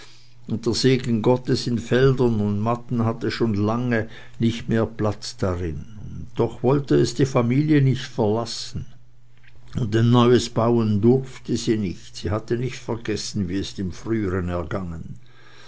der segen gottes in feldern und matten hatte schon lange nicht mehr platz darin und doch wollte es die familie nicht verlassen und ein neues bauen durfte sie nicht sie hatte nicht vergessen wie es dem früheren ergangen